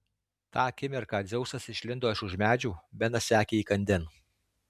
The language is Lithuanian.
tą akimirką dzeusas išlindo iš už medžių benas sekė įkandin